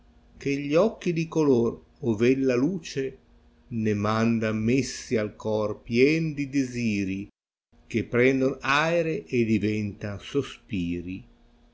che gli occhi di coloro ove ella luce ne ma oda n messi al cor pien di desiri che prendono aere e diventan sospiri